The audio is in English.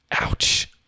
Ouch